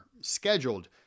scheduled